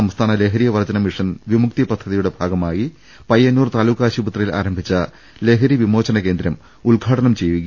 സംസ്ഥാന ലഹരി വർജ്ജന മിഷൻ വിമുക്തി പദ്ധതിയുടെ ഭാഗമായി പയ്യന്നൂർ താലൂക്ക് ആശുപ ത്രിയിൽ ആരംഭിച്ച ലഹരി വിമോചന കേന്ദ്രം ഉദ്ഘാടനം ചെയ്യുക